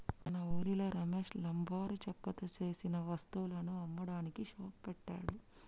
మన ఉరి రమేష్ లంబరు చెక్కతో సేసిన వస్తువులను అమ్మడానికి షాప్ పెట్టాడు